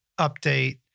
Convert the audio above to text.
update